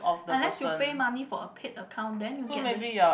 unless you pay money for a paid account then you get the